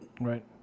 Right